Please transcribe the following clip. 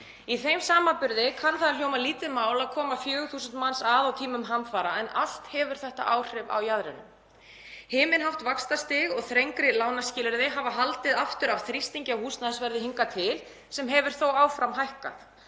Í þeim samanburði kann það að hljóma lítið mál að koma 4.000 manns að á tímum hamfara en allt hefur þetta áhrif á jaðrinum. Himinhátt vaxtastig og þrengri lánaskilyrði hafa haldið aftur af þrýstingi á húsnæðisverð hingað til sem hefur þó áfram hækkað.